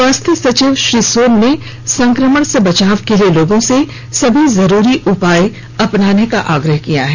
स्वास्थ्य सचिव श्री सोन ने संक्रमण से बचाव के लिए लोगों से सभी जरूरी उपाय अपनाने का आग्रह किया है